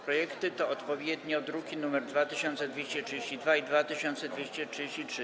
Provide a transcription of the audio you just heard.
Projekty to odpowiednio druki nr 2232 i 2233.